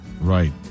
Right